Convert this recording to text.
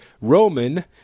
Roman